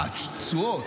אה, תשואות.